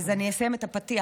אז אני אסיים את הפתיח.